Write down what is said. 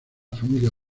familia